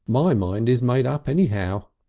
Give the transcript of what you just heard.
my mind is made up, anyhow.